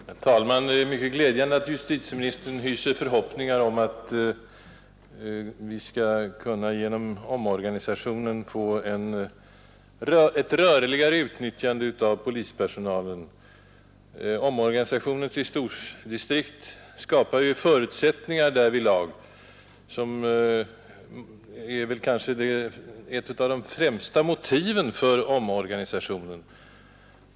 Herr talman! Det är mycket glädjande att justitieministern hyser förhoppningar om att vi genom polisens omorganisation skulle kunna få ett rörligare utnyttjande av större grupper av polispersonal för särskilda uppgifter. Omorganisationen till stordistrikt skapar ju förutsättningar därvidlag, vilket kanske också är ett av de främsta motiven för denna omorganisation.